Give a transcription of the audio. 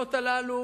הקרנות הללו